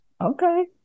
Okay